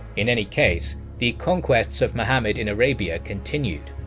in any case, the conquests of muhammad in arabia continued.